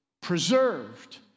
preserved